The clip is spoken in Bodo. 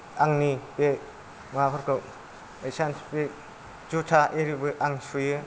आंनि बे माबाफोरखौ एसान थुफि जुथा इरिबो आं सुयो